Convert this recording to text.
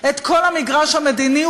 את כל המגרש המדיני,